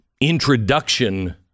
introduction